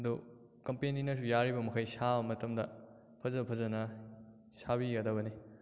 ꯑꯗꯨ ꯀꯝꯄꯦꯅꯤꯅꯁꯨ ꯌꯥꯔꯤꯕ ꯃꯈꯩ ꯁꯥꯕ ꯃꯇꯝꯗ ꯐꯖ ꯐꯖꯅ ꯁꯥꯕꯤꯒꯗꯕꯅꯤ